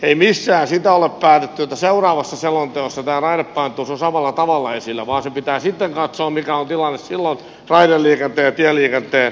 ei missään sitä ole päätetty että seuraavassa selonteossa tämä raidepainotteisuus on samalla tavalla esillä vaan se pitää sitten katsoa mikä on tilanne silloin raideliikenteen ja tieliikenteen osalta